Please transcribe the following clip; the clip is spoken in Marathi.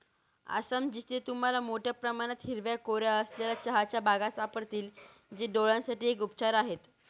आसाम, जिथे तुम्हाला मोठया प्रमाणात हिरव्या कोऱ्या असलेल्या चहाच्या बागा सापडतील, जे डोळयांसाठी एक उपचार आहे